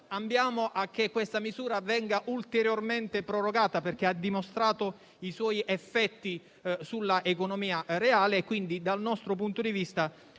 ambiamo a che questa misura venga ulteriormente prorogata, perché ha dimostrato i suoi effetti sull'economia reale e quindi, dal nostro punto di vista,